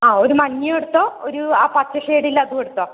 ആ ഒരു മഞ്ഞയുമെടുത്തോ ഒരു ആ പച്ച ഷെയ്ഡുള്ളത് അതുമെടുത്തോ